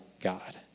God